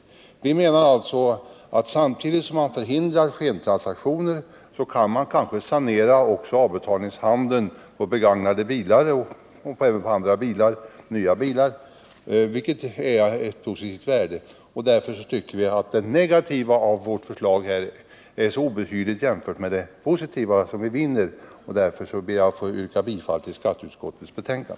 Propositionen gör det möjligt att samtidigt som man förhindrar skentransaktioner sanera avbetalningshandeln med begagnade och nya bilar, vilket är av värde. I jämförelse med vad vi vinner med detta förslag tycker vi att de negativa effekterna är obetydliga. Därför ber jag att få yrka bifall till skatteutskottets hemställan.